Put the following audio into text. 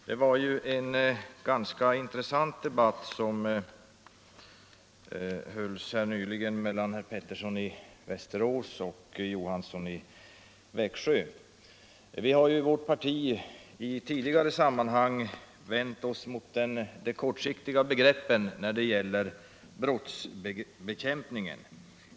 Herr talman! Det var en ganska intressant debatt som nyss fördes mellan herr Pettersson i Västerås och herr Johansson i Växjö. Vi har i vårt parti i tidigare sammanhang vänt oss mot de kortsiktiga begreppen när det gäller brottsbekämpningen.